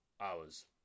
hours